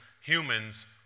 humans